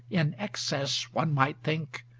in excess, one might think,